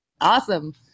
awesome